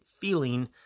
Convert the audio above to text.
feeling